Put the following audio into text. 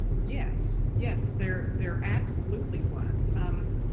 yes, yes. there there absolutely was um